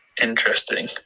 interesting